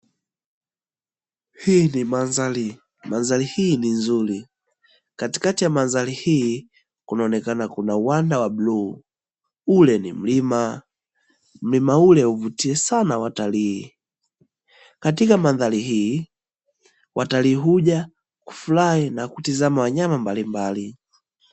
Hii ni mandhari; mandhari hii ni nzuri, katikati ya mandhari hii kunaonekana kuna uwanda wa bluu, ule ni mlima. Mlima ule huvutia sana watalii. Katika mandhari hii watalii huja kufurahi na kutizama wanyama mbalimbali.